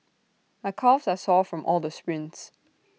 my calves are sore from all the sprints